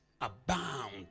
abound